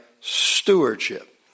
stewardship